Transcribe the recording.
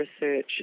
research